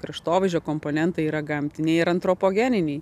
kraštovaizdžio komponentai yra gamtiniai ir antropogeniniai